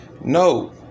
No